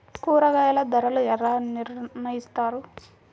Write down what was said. కూరగాయల ధరలు ఎలా నిర్ణయిస్తారు?